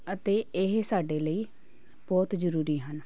ਅਤੇ ਇਹ ਸਾਡੇ ਲਈ ਬਹੁਤ ਜ਼ਰੂਰੀ ਹਨ